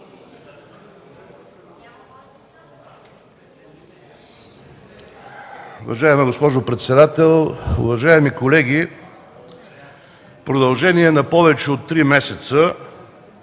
Уважаема госпожо председател, уважаеми колеги! В продължение на повече от три месеца